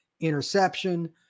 interception